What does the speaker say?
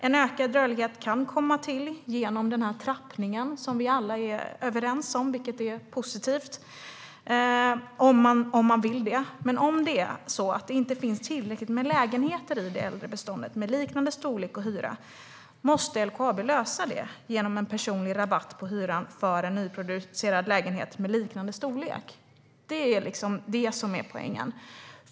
En ökad rörlighet kan komma till genom den här trappningen som vi alla är överens om, och det är positivt om man vill det. Men om det inte finns tillräckligt med lägenheter i det äldre beståndet med liknande storlek och hyra måste LKAB lösa det genom en personlig rabatt på hyran för en nyproducerad lägenhet med liknande storlek. Det är det som är poängen.